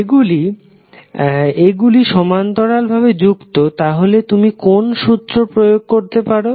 যেহেতু এগুলি সমান্তরাল ভাবে যুক্ত তাহলে তুমি কোন সূত্র প্রয়োগ করতে পারো